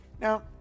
Now